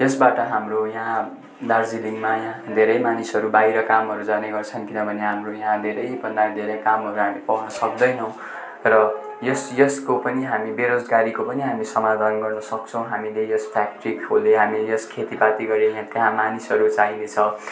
यसबाट हाम्रो यहाँ दार्जिलिङमा यहाँ धेरै मानिसहरू बाहिर कामहरू जाने गर्छन् किनभने हाम्रो यहाँ धेरैभन्दा धेरै कामहरू हामी पाउन सक्दैनौँ र यस यसको पनि हामी बेरोजगारीको पनि हामी समाधान गर्न सक्छौँ हामीले यस फ्याक्ट्री खोले हामी यस खेतीपाती गरे त्यहाँ मानिसहरू चाहिनेछ र